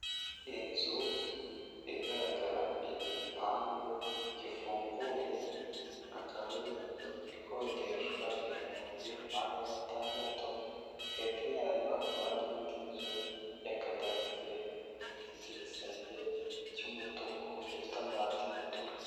Inzu, igaragara igipangu, gifunguye. Akaba ari inzu ikodeshwa ibihumbi magana atandatu, hepfo yayo hakaba hari indi nzu ya kadasitere, ifite igisenge cy'umutuku gifite amabati y'umutuku.